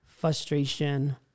frustration